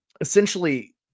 essentially